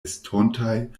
estontaj